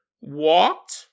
walked